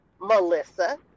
Melissa